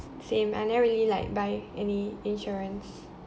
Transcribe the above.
same I never really like buy any insurance